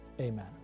amen